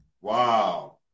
Wow